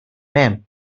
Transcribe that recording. mem